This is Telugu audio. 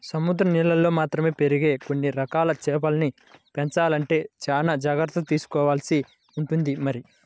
సముద్రం నీళ్ళల్లో మాత్రమే పెరిగే కొన్ని రకాల చేపల్ని పెంచాలంటే చానా జాగర్తలు తీసుకోవాల్సి ఉంటుంది మరి